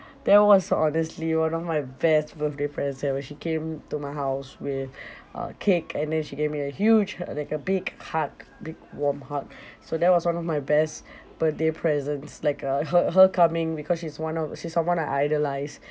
that was honestly one of my best birthday present when she came to my house with a cake and then she gave me a huge like a big hug big warm hug so that was one of my best birthday presents like uh her her coming because she's one of she's someone I idolise